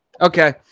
Okay